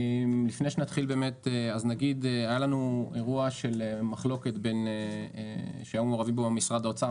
לפני שנתחיל אגיד שהיה לנו אירוע של מחלוקת שהיו מעורבים בו משרד האוצר,